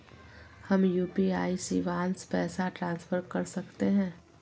हम यू.पी.आई शिवांश पैसा ट्रांसफर कर सकते हैं?